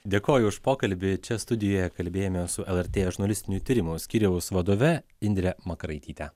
dėkoju už pokalbį čia studijoje kalbėjomės su lrt žurnalistinių tyrimų skyriaus vadove indre makaraityte